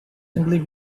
simply